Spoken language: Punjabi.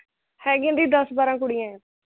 ਹੈਗੀਆਂ ਦੀ ਦਸ ਬਾਰਾਂ ਕੁੜੀਆਂ